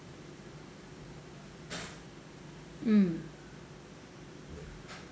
mm